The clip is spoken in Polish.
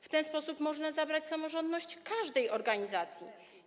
W ten sposób można zabrać samorządność każdej organizacji.